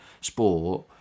sport